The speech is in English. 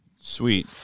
Sweet